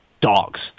dogs